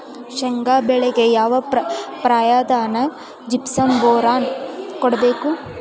ಶೇಂಗಾ ಬೆಳೆಗೆ ಯಾವ ಪ್ರಾಯದಾಗ ಜಿಪ್ಸಂ ಬೋರಾನ್ ಕೊಡಬೇಕು?